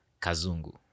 Kazungu